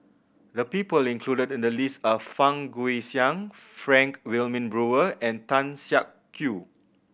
the people included in the list are Fang Guixiang Frank Wilmin Brewer and Tan Siak Kew